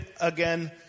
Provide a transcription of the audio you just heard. again